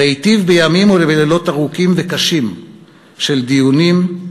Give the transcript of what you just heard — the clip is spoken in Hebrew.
ראיתיו בימים ולילות ארוכים וקשים של דיונים,